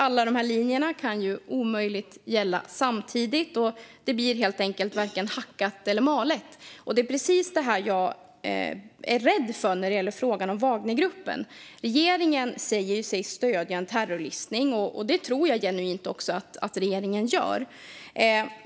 Alla dessa linjer kan omöjligt gälla samtidigt. Det blir helt enkelt varken hackat eller malet. Det är precis detta jag är rädd för när det gäller frågan om Wagnergruppen. Regeringen säger sig stödja en terrorlistning. Det tror jag genuint också att regeringen gör.